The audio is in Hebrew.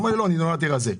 הוא אמר: לא, אני נולדתי רזה.